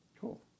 Cool